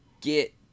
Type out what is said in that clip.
get